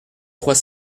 trois